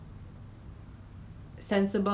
好玩我我看到我姐姐玩